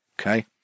okay